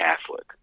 Catholic